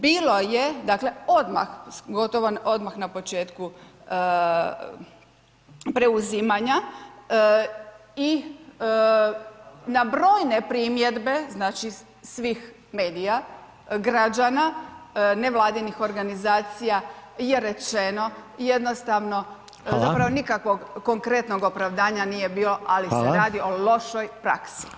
Bilo je, dakle odmah gotovo odmah na početku preuzimanja i na brojne primjedbe, znači svih medija, građana, ne vladinih organizacija je rečeno jednostavno, zapravo nikakvog konkretnog opravdanja bilo ali se radi o lošoj praksi.